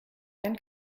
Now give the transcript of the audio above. dann